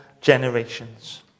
generations